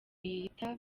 yita